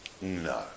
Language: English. No